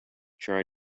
try